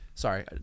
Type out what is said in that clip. Sorry